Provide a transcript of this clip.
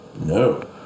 No